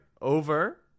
over